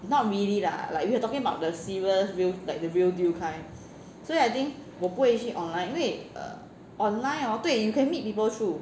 not really lah like if we are talking about the serious real like the real deal kind 所以 I think 我不会去 online 因为 err online hor 对 you can meet people through